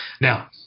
Now